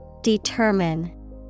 Determine